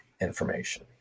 information